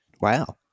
Wow